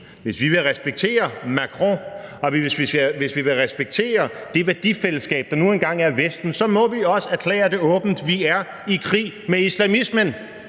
hvis vi vil respektere det værdifællesskab, der nu engang er Vestens, så må vi også erklære det åbent: Vi er i krig med islamismen!